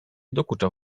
dokuczał